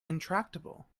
intractable